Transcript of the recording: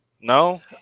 No